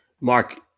Mark